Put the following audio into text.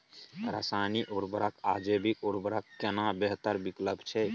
रसायनिक उर्वरक आ जैविक उर्वरक केना बेहतर विकल्प छै?